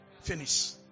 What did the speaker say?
Finish